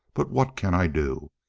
but what can i do?